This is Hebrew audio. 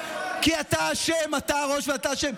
כי אתה אשם, אתה הראש ואתה אשם.